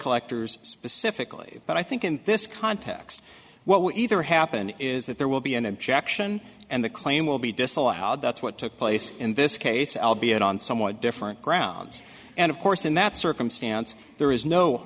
collectors specifically but i think in this context what will either happen is that there will be an objection and the claim will be disallowed that's what took place in this case albion on somewhat different grounds and of course in that circumstance there is no